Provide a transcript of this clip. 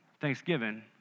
Thanksgiving